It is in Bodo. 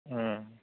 औ